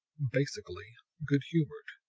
basically good-humored,